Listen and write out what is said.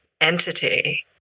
entity